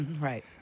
Right